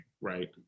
right